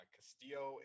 Castillo